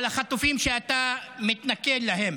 על החטופים שאתה מתנכל להם,